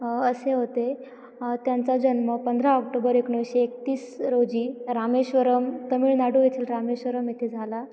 असे होते त्यांचा जन्म पंधरा ऑक्टोबर एकोणीसशे एकतीस रोजी रामेश्वरम तमिळनाडू येथील रामेश्वरम येथे झाला